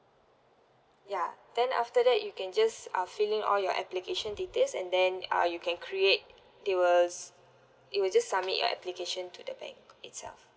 ya then after that you can just uh fill in all your application details and then uh you can create there was it will just submit your application to the bank itself